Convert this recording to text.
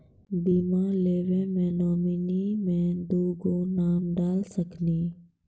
बीमा लेवे मे नॉमिनी मे दुगो नाम डाल सकनी?